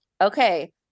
okay